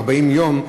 לאחר 40 יום.